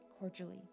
cordially